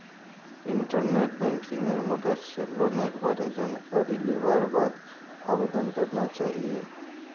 internet बैंकिंगेर मदद स लोनेर बार जानकारी लिबार बाद आवेदन करना चाहिए